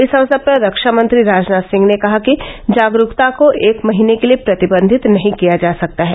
इस अवसर पर रक्षामंत्री राजनाथ सिंह ने कहा कि जागरूकता को एक महीने के लिए प्रतिबंधित नहीं किया जा सकता है